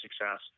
success